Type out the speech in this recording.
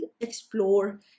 explore